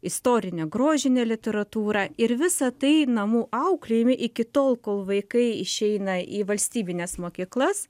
istorinę grožinę literatūrą ir visa tai namų auklėjami iki tol kol vaikai išeina į valstybines mokyklas